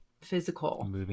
physical